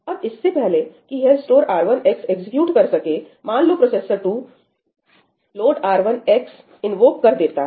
अब इससे पहले कि यह स्टोर R1 x एग्जीक्यूट कर सके मान लो processor 2 load R1 x invoke कर देता है